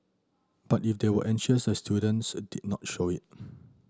but if they were anxious the students did not show it